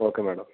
okay madam